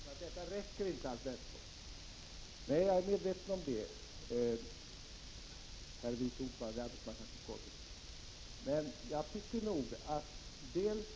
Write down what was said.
Fru talman! Jag skulle bara vilja säga några ord till Elver Jonsson, eftersom han nämnde att jag talat om flexibilitet när det gäller de arbetshandikappade. Elver Jonsson säger att det inte är tillräckligt. Nej, jag är medveten om det, herr vice ordförande i arbetsmarknadsutskottet.